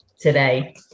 today